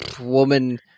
woman